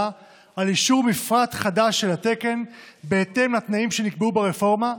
על אישור מפרט חדש של התקן בהתאם לתנאים שנקבעו ברפורמה,